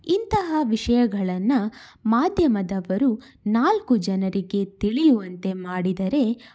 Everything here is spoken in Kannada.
ಇಂತಹ ವಿಷಯಗಳನ್ನು ಮಾಧ್ಯಮದವರು ನಾಲ್ಕು ಜನರಿಗೆ ತಿಳಿಯುವಂತೆ ಮಾಡಿದರೆ